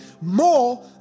more